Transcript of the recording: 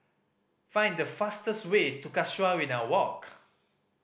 find the fastest way to Casuarina Walk